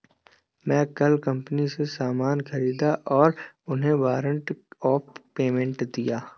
मैं कल कंपनी से सामान ख़रीदा और उन्हें वारंट ऑफ़ पेमेंट दिया